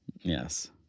Yes